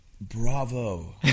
Bravo